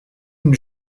une